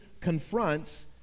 confronts